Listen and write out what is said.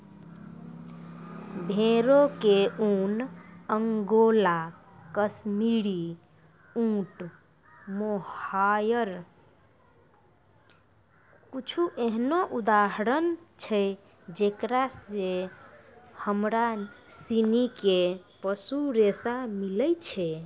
भेड़ो के ऊन, अंगोला, काश्मीरी, ऊंट, मोहायर कुछु एहनो उदाहरण छै जेकरा से हमरा सिनी के पशु रेशा मिलै छै